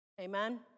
Amen